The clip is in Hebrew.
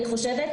אני חושבת,